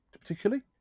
particularly